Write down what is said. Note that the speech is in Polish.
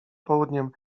południem